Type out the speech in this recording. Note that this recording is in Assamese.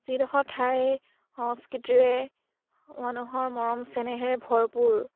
যিডোখৰ ঠাই সংস্কৃতিৰে মানুহৰ মৰম চেনেহেৰে ভৰপূৰ